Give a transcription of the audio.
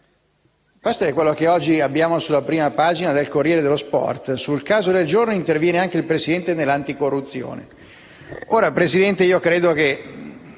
Questo è quanto oggi appare sulla prima pagina del «Corriere dello Sport». Sul caso del giorno interviene anche il presidente dell'Autorità